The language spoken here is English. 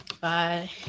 Bye